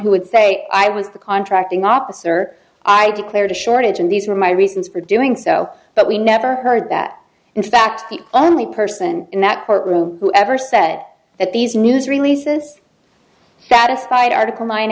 who would say i was the contracting officer i declared a shortage and these were my reasons for doing so but we never heard that in fact the only person in that courtroom who ever set that these news releases satisfied article